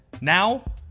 Now